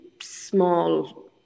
small